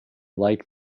like